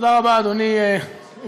תודה רבה, אדוני היושב-ראש.